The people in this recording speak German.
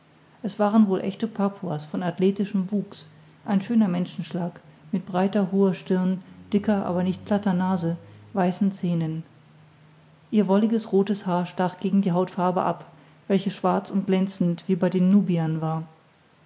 es waren wohl echte papuas von athletischem wuchs ein schöner menschenschlag mit breiter hoher stirn dicker aber nicht platter nase weißen zähnen ihr wolliges rothes haar stach gegen die hautfarbe ab welche schwarz und glänzend wie bei den nubiern war